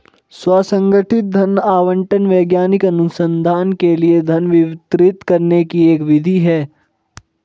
स्व संगठित धन आवंटन वैज्ञानिक अनुसंधान के लिए धन वितरित करने की एक विधि है